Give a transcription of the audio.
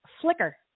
Flicker